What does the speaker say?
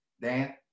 Dan